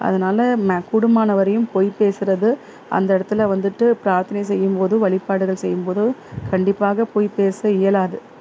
அதனால மே கூடுமான வரையும் பொய் பேசுவது அந்த இடத்துல வந்துட்டு பிராத்தனை செய்யும்போது வழிபாடுகள் செய்யும்போது கண்டிப்பாக பொய் பேச இயலாது